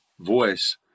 voice